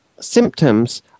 symptoms